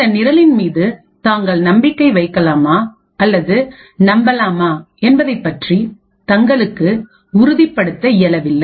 இந்த நிரலின் மீது தாங்கள் நம்பிக்கை வைக்கலாமா அல்லது நம்பலாமா என்பதைப்பற்றி தங்களுக்கு உறுதிப்படுத்த இயலவில்லை